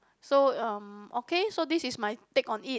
so erm okay so this is my take on it